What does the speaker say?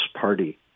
party